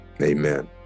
Amen